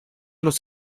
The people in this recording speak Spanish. los